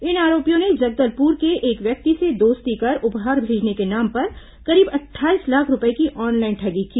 इन आरोपियों ने जगदलपुर के एक व्यक्ति से दोस्ती कर उपहार भेजने के नाम पर करीब अट्ठाईस लाख रूपये की ऑनलाइन ठगी की